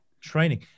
Training